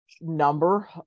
number